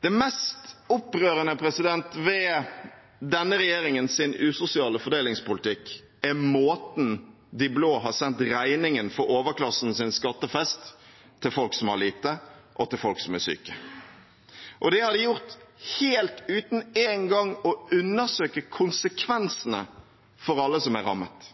Det mest opprørende ved denne regjeringens usosiale fordelingspolitikk er måten de blå har sendt regningen for overklassens skattefest på til folk som har lite, og til folk som er syke. Det har de gjort uten engang å undersøke konsekvensene for alle som er rammet.